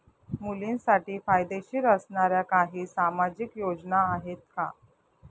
मुलींसाठी फायदेशीर असणाऱ्या काही सामाजिक योजना आहेत का?